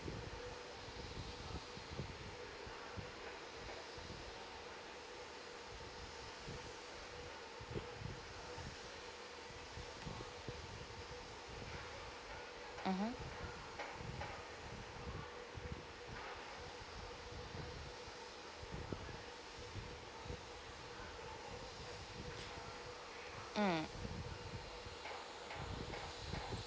mmhmm mm